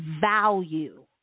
value